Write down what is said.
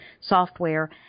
software